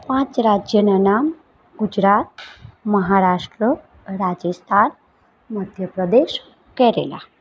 પાંચ રાજ્યનાં નામ ગુજરાત મહારાષ્ટ્ર રાજસ્થાન મધ્યપ્રદેશ કેરાલા